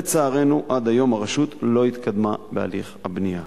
לצערנו, עד היום הרשות לא התקדמה בהליך הבנייה.